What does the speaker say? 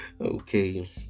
Okay